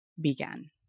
began